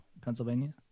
Pennsylvania